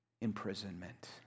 imprisonment